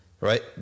right